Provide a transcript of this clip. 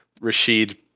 Rashid